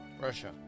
Russia